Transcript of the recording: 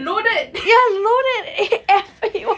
loaded